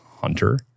Hunter